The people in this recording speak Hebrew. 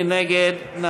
מי נגד?